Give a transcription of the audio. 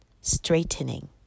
straightening